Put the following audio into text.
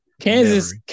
Kansas